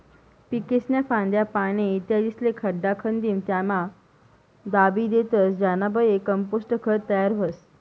पीकेस्न्या फांद्या, पाने, इत्यादिस्ले खड्डा खंदीन त्यामा दाबी देतस ज्यानाबये कंपोस्ट खत तयार व्हस